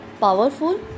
powerful